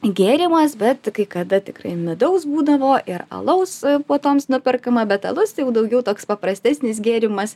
gėrimas bet kai kada tikrai midaus būdavo ir alaus puotoms nuperkama bet alus tai jau daugiau toks paprastesnis gėrimas